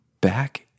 back